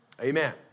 Amen